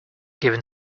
giving